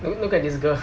loo~ look at this girl